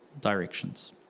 directions